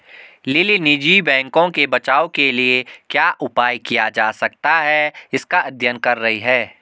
lily निजी बैंकों के बचाव के लिए क्या उपाय किया जा सकता है इसका अध्ययन कर रही है